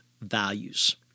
values